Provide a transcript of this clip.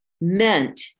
meant